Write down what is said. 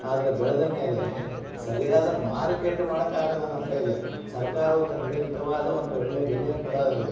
ಆದರೆ ಬೆಳೆದ ಮೇಲೆ ಸರಿಯಾದ ಮಾರ್ಕೆಟ್ ಮಾಡೊಕ್ಕಾಗಲ್ಲ ನಮ್ಮ ಕೈಲಿ ಸರ್ಕಾರ ಒಂದು ನಿಗದಿತವಾದ ಒಂದು ಒಳ್ಳೆ ಬೆಲೆ ಕೊಡೊದಿಲ್ಲ